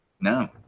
No